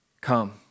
come